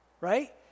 Right